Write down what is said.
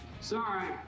Sorry